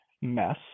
mess